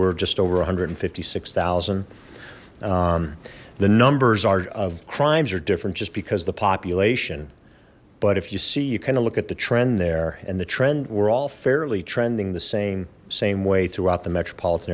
we're just over one hundred and fifty six thousand the numbers are of crimes are different just because the population but if you see you kind of look at the trend there and the trend we're all fairly trending the same same way throughout the metropolitan